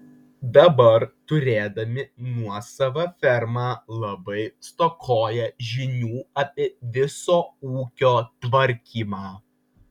dabar turėdami nuosavą fermą labai stokoja žinių apie viso ūkio tvarkymą